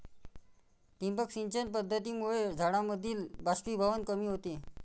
ठिबक सिंचन पद्धतीमुळे झाडांमधील बाष्पीभवन कमी होते